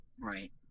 Right